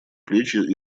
плечи